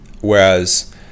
Whereas